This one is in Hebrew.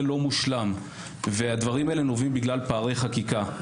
לא מושלם והדברים האלה נובעים בגלל פערי חקיקה.